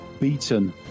beaten